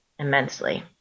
immensely